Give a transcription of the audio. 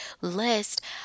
list